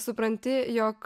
supranti jog